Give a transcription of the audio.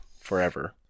forever